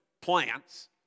plants